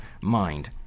mind